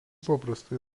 paprastai